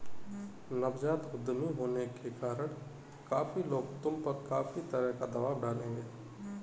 नवजात उद्यमी होने के कारण काफी लोग तुम पर काफी तरह का दबाव डालेंगे